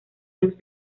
luz